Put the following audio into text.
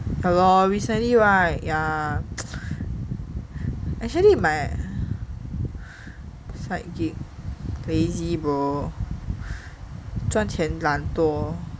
ya lor recently [right] ya actually my side gig crazy bro 赚钱难咯